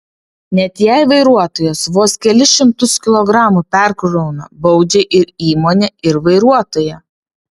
net jei vairuotojas vos kelis šimtus kilogramų perkrauna baudžia ir įmonę ir vairuotoją